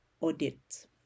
audit